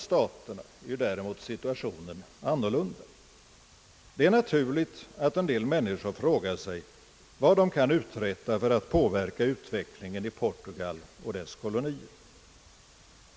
staterna är situationen annorlunda. Det är naturligt att en del människor frågar sig vad de kan uträtta för att påverka utvecklingen i Portugal och dess kolonier.